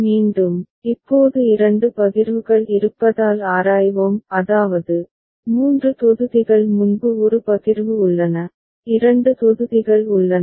மீண்டும் இப்போது இரண்டு பகிர்வுகள் இருப்பதால் ஆராய்வோம் அதாவது மூன்று தொகுதிகள் முன்பு ஒரு பகிர்வு உள்ளன 2 தொகுதிகள் உள்ளன